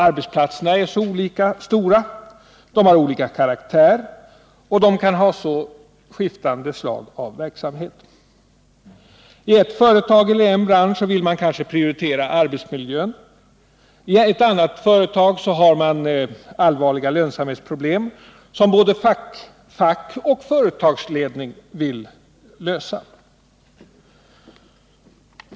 Arbetsplatserna är olika stora. De har olika karaktär, och de kan ha så skiftande slag av verksamhet. I ett företag eller i en bransch vill man kanske prioritera arbetsmiljön. I ett annat företag har man allvarliga lönsamhetsproblem, som fack och företagsledning vill lösa.